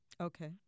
Okay